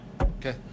Okay